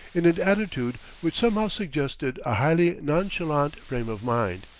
in an attitude which somehow suggested a highly nonchalant frame of mind.